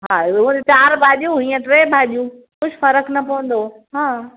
हा चार भाॼियूं ईअं टे भाॼियूं कुझु फ़र्क़ु न पवंदो हा